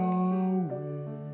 away